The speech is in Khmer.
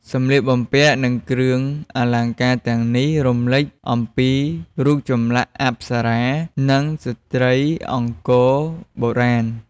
សម្លៀកបំំពាក់ និង គ្រឿងអលង្ការទាំងនេះរំលេចអំពីរូបចម្លាក់អប្សរា និងស្ត្រីអង្គរបុរាណ។